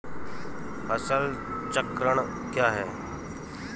फसल चक्रण क्या है?